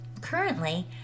Currently